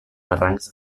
barrancs